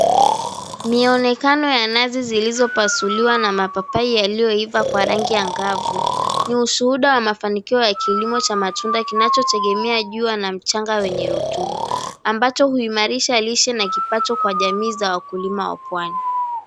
Mionekano ya nazi zilizopasuliwa na mapapai yaliyoiva kwa rangi angavu, ni ushuhuda wa mafanikio ya kilimo cha matunda kinachotegemea jua na mchanga wenye rutuba, ambacho huimarisha lishe na kipato kwa jamii za wakulima wa pwani.